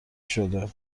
شده